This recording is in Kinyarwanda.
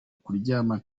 kuryama